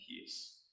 peace